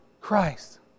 Christ